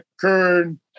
Kern